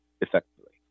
effectively